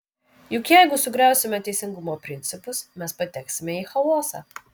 juk jeigu sugriausime teisingumo principus mes pateksime į chaosą